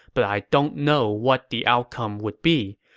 but i don't know what the outcome would be.